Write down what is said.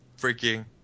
freaking